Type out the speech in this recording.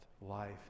life